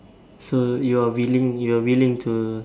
so you're willing you're willing to